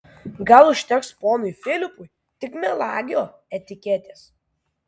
gal užteks ponui filipui tik melagio etiketės